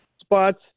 spots